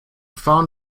found